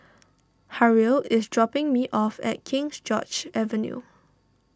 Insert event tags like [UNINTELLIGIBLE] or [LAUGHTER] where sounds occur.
Harrell is dropping me off at King [UNINTELLIGIBLE] George's Avenue